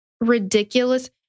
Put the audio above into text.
ridiculous